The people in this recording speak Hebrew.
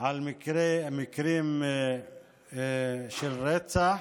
עם מקרים של רצח,